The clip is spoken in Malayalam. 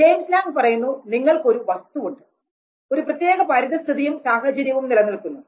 ജെയിംസ് ലാംങ് പറയുന്നു നിങ്ങൾക്കൊരു വസ്തുവുണ്ട് ഒരു പ്രത്യേക പരിസ്ഥിതിയും സാഹചര്യവും നിലനിൽക്കുന്നു